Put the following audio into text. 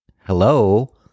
Hello